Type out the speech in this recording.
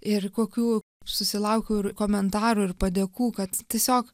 ir kokių susilaukiau ir komentarų ir padėkų kad tiesiog